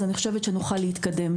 אז אני חושבת שנוכל להתקדם.